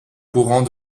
courant